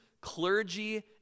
clergy